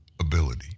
ability